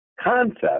concept